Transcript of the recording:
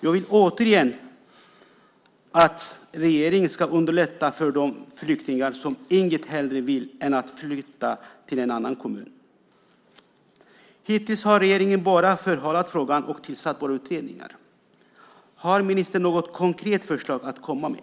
Jag vill återigen att regeringen ska underlätta för de flyktingar som inget hellre vill än att flytta till en annan kommun. Hittills har regeringen bara förhalat frågan och tillsatt utredningar. Har ministern något konkret förslag att komma med?